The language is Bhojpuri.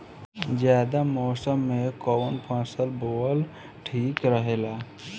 जायद मौसम में कउन फसल बोअल ठीक रहेला?